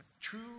True